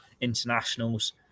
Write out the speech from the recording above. internationals